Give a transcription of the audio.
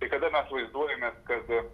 tai kada atvaizduojame kad